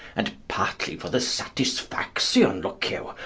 and partly for the satisfaction, looke you,